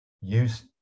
use